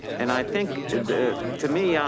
and i think that, to me, um